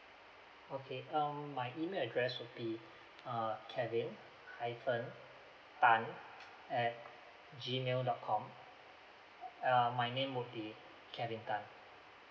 okay um my email address would be err kevin hyphen tan at G mail dot com uh my name would be kevin tan